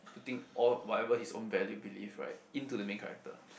putting all whatever his own value believe right into the main character